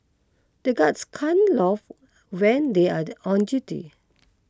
the guards can't laugh when they are on duty